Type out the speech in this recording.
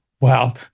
Wow